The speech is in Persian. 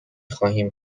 خواهیم